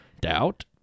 Doubt